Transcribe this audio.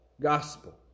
gospel